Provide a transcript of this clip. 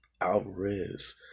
Alvarez